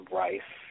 rice